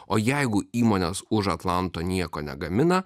o jeigu įmonės už atlanto nieko negamina